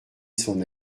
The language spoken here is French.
son